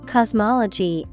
Cosmology